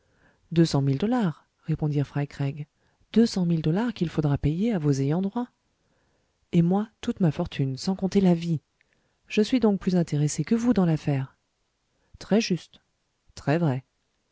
fry craig deux cent mille dollars qu'il faudra payer à vos ayants droit et moi toute ma fortune sans compter la vie je suis donc plus intéressé que vous dans l'affaire très juste très vrai